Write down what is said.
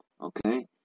okay